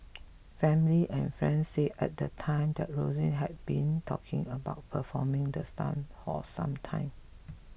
family and friends said at the time that Ruiz had been talking about performing the stunt for some time